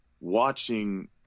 watching